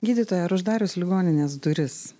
gydytoja ar uždarius ligoninės duris